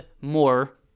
more